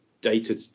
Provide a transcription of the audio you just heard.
data